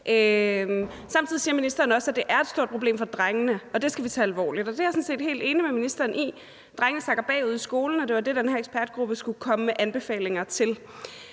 Samtidig siger ministeren også, at det er et stort problem for drengene, og det skal vi tage alvorligt, og det er jeg sådan set helt enig med ministeren i. Drengene sakker bagud i skolen, og det var det, den her ekspertgruppe skulle komme med anbefalinger om.